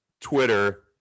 Twitter